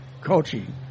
coaching